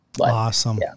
awesome